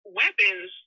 weapons